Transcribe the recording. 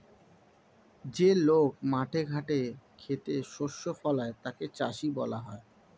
যে লোক মাঠে ঘাটে খেতে শস্য ফলায় তাকে চাষী বলা হয়